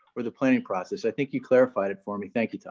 or the planning process. i think you clarified it for me. thank you,